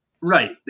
right